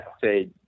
say